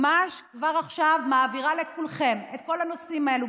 אני ממש כבר עכשיו מעבירה לכולכם את כל הנושאים האלה.